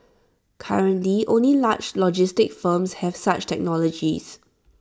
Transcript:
currently only large logistics firms have such technologies